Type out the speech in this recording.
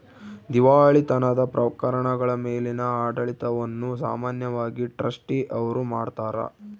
ದಿವಾಳಿತನದ ಪ್ರಕರಣಗಳ ಮೇಲಿನ ಆಡಳಿತವನ್ನು ಸಾಮಾನ್ಯವಾಗಿ ಟ್ರಸ್ಟಿ ಅವ್ರು ಮಾಡ್ತಾರ